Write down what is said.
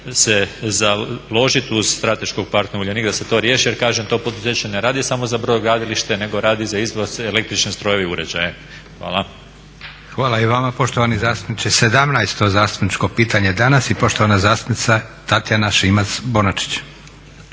se založiti uz strateškog partnera Uljanik da se to riješi, jer kažem to poduzeće ne radi samo za brodogradilište nego radi za izvoz električni strojevi i uređaje. Hvala. **Leko, Josip (SDP)** Hvala i vama poštovani zastupniče. 17. zastupničko pitanje dana i poštovana zastupnica Tatjana Šimac-Bonačić.